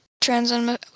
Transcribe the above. trans